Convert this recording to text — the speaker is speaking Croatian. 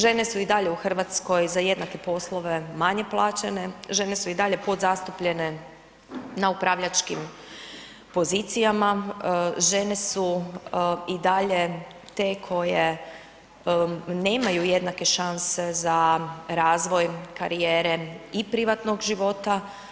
Žene su i dalje u Hrvatskoj za jednake poslove manje plaćene, žene su i dalje podzastupljene na upravljačkim pozicijama, žene su i dalje te koje nemaju jednake šanse za razvoj karijere i privatnog života.